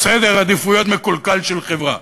סדר עדיפויות מקולקל של חברה,